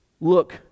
look